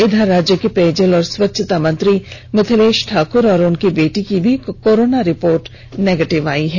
इधर राज्य के पेयजल और स्वच्छता मंत्री मिथिलेश ठाकुर और उनकी बेटी की भी कोरोना रिंपोर्ट भी निगेटिव आई है